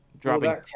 dropping